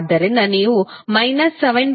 ಆದ್ದರಿಂದ ನೀವು ಮೈನಸ್ 7